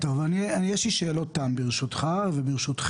טוב, אז יש לי כמה שאלות ברשותך וברשותכם.